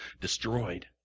destroyed